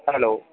hello